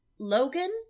Logan